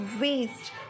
waste